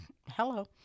Hello